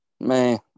Man